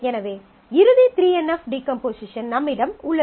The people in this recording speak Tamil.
எனவே இறுதி 3 NF டீகம்போசிஷன் நம்மிடம் உள்ளது